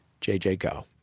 jjgo